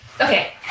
Okay